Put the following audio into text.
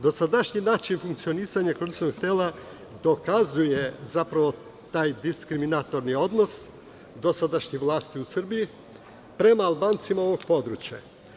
Dosadašnji način funkcionisanja koordinacionog tela dokazuje zapravo taj diskriminatorni odnos dosadašnje vlasti u Srbiji prema Albancima ovog područja.